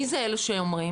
מי זה אלה שאומרים?